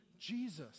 Jesus